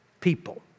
people